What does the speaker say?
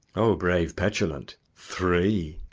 o brave petulant! three!